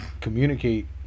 communicate